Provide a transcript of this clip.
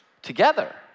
together